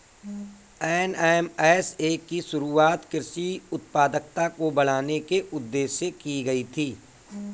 NMSA की शुरुआत कृषि उत्पादकता को बढ़ाने के उदेश्य से की गई थी